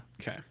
Okay